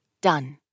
done